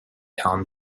tom